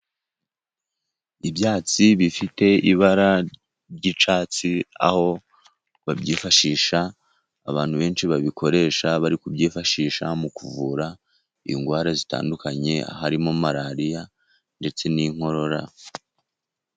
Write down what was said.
Ibyatsi bifite ibara ry'icyatsi, aho babyifashisha abantu benshi babikoresha, bari kubyifashisha mu kuvura indwara zitandukanye, harimo marariya, ndetse n'inkorora.